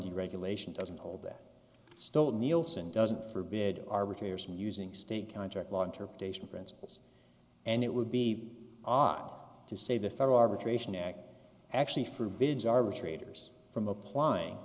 deregulation doesn't hold that still nielsen doesn't forbid arbitrators from using state contract law interpretation principles and it would be awkward to say the federal arbitration act actually forbids arbitrators from applying